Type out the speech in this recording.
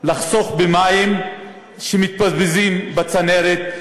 לחסוך במים שמתבזבזים בצנרת,